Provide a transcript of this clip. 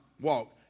Walk